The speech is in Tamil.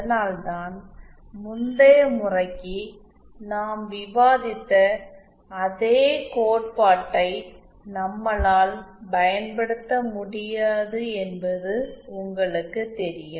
அதனால்தான் முந்தைய முறைக்கு நாம் விவாதித்த அதே கோட்பாட்டை நம்மால் பயன்படுத்த முடியாது என்பது உங்களுக்குத் தெரியும்